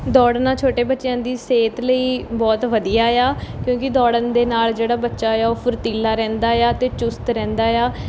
ਦੌੜਨਾ ਛੋਟੇ ਬੱਚਿਆਂ ਦੀ ਸਿਹਤ ਲਈ ਬਹੁਤ ਵਧੀਆ ਏ ਆ ਕਿਉਂਕਿ ਦੌੜਨ ਦੇ ਨਾਲ਼ ਜਿਹੜਾ ਬੱਚਾ ਆ ਉਹ ਫੁਰਤੀਲਾ ਰਹਿੰਦਾ ਏ ਆ ਅਤੇ ਚੁਸਤ ਰਹਿੰਦਾ ਏ ਆ